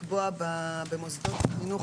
לקבוע במוסדות חינוך,